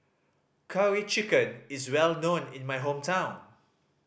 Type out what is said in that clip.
Curry Chicken is well known in my hometown